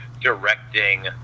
directing